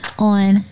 On